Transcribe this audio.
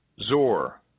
Zor